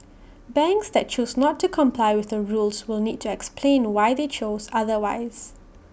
banks that choose not to comply with the rules will need to explain why they chose otherwise